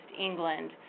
England